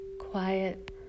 Quiet